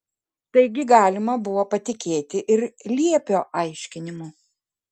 taigi galima buvo patikėti ir liepio aiškinimu